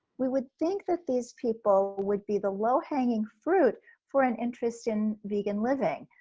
we would think that these people would be the low hanging fruit for an interest in vegan living,